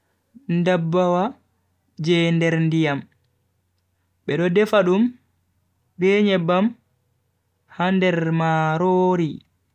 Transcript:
Ndabbawa je nder ndiyam, bedo defa dum be nyebbam ha nder marori.